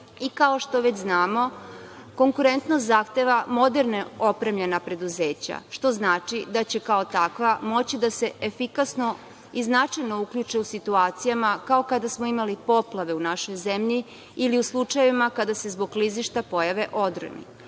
Kao što već znamo, konkurentnost zahteva moderno opremljena preduzeća, što znači da će kao takva moći da se efikasno i značajno uključe u situacijama, kao kada smo imali poplave u našoj zemlji ili u slučajevima kada se zbog klizišta pojave odroni. Ovaj